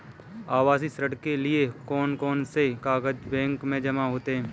आवासीय ऋण के लिए कौन कौन से कागज बैंक में जमा होंगे?